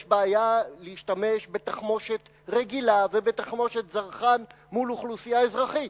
יש בעיה להשתמש בתחמושת רגילה ובתחמושת זרחן מול אוכלוסייה אזרחית.